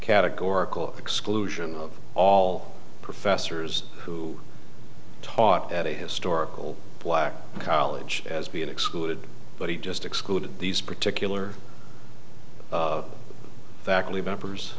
categorical exclusion of all professors who taught at a historical black college as being excluded but he just excluded these particular faculty members